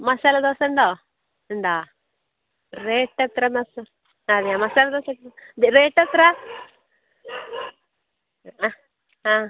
മസാലദോശ ഉണ്ടോ ഉണ്ടോ റേറ്റ് എത്ര മസാ അതെ മസാലദോശയ്ക്ക് റേറ്റ് എത്ര ആ ആ